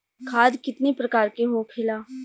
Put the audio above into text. खाद कितने प्रकार के होखेला?